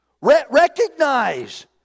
Recognize